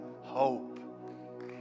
hope